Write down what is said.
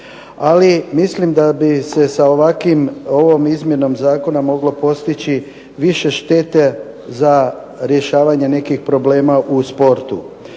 ali mislim da bi se sa ovom izmjenom zakona moglo postići više štete za rješavanje nekih problema u sportu.